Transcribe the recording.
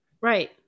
Right